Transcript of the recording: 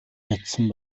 чадсан